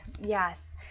Yes